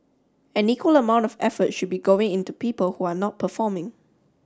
an equal amount of effort should be going into people who are not performing